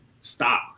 stop